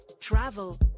travel